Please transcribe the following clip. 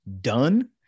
done